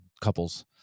couples